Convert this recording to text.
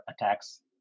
attacks